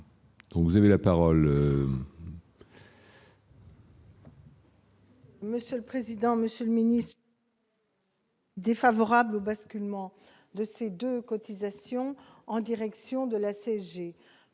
vous avez la parole